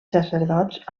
sacerdots